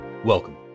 Welcome